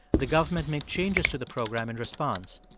the government made changes to the program in response.